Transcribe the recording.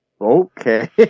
Okay